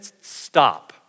stop